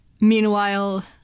meanwhile